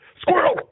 Squirrel